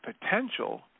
potential